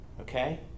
Okay